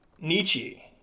Nietzsche